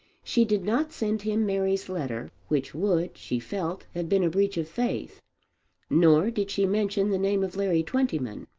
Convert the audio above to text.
she did not send him mary's letter which would, she felt, have been a breach of faith nor did she mention the name of larry twentyman.